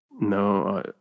No